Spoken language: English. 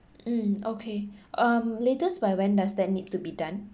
mm okay um latest by when does that need to be done